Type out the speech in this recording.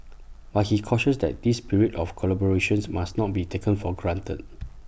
but he cautioned that this spirit of collaborations must not be taken for granted